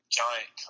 giant